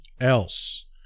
else